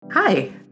Hi